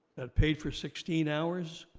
paid for sixteen hours,